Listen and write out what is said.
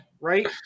right